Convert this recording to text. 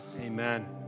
amen